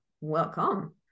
welcome